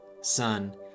Son